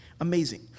Amazing